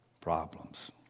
problems